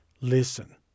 Listen